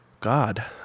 God